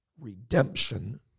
redemption